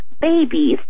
babies